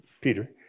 Peter